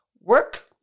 work